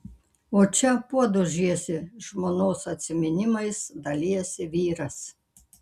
o čia puodus žiesi žmonos atsiminimais dalijasi vyras